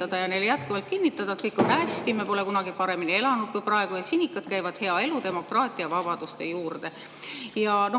ja neile jätkuvalt kinnitada, et kõik on hästi, me pole kunagi paremini elanud kui praegu ja sinikad käivad hea elu, demokraatia ja vabaduste juurde.